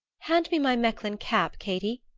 hand me my mechlin cap, katy,